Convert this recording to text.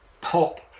pop